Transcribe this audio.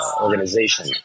organization